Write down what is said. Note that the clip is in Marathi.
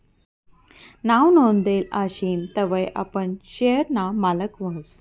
नाव नोंदेल आशीन तवय आपण शेयर ना मालक व्हस